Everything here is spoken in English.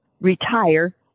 retire